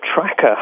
tracker